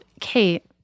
Kate